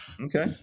okay